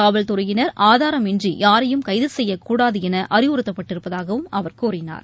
காவல் துறையினர் ஆதாரம் இன்றி யாரையும் கைது செய்யக்கூடாது என அறிவுறுத்தப்பட்டிருப்பதாகவும் அவர் கூறினார்